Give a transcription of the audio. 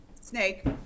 snake